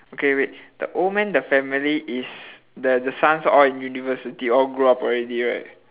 okay wait the old man the family is the the sons are all in university all grow up already right